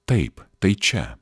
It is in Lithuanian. taip tai čia